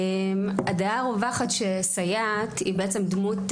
הדעה הרווחת שסייעת היא בעצם דמות,